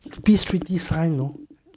peace treaty signed you know